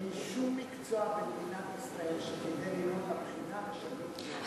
אין שום מקצוע במדינת ישראל שכדי ללמוד לבחינה משלמים דמי אבטלה.